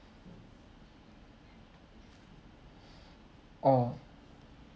oh